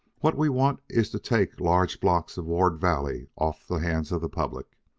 what we want is to take large blocks of ward valley off the hands of the public.